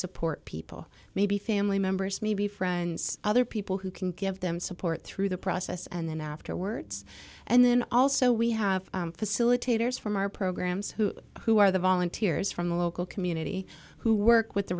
support people maybe family members maybe friends other people who can give them support through the process and then afterwards and then also we have facilitators from our programs who who are the volunteers from the local community who work with the